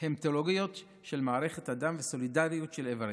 המטולוגיות של מערכת הדם וסולידיות של איברים,